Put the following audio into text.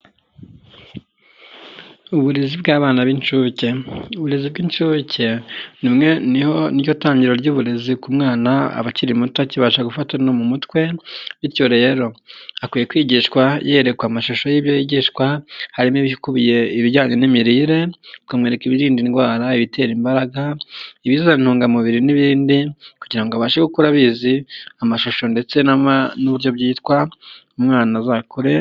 Uburezi bw'abana b'incuke, I uburezi bw'inshuke ni bimwe, niyo niryo tangiriro ry'uburezi ku mwana abakiri muto akibasha gufata mu mutwe bityo rero akwiye kwigishwa yerekwa amashusho y'ibigishwa harimo ibikubiye ibijyanye n'imirire, akamwereka ibirinda indwara , ibitera imbaraga, ibizana intungamubiri n'ibindi kugira ngo abashe gukura abizi amashusho ndetse nama n'uburyo byitwa umwana azakure.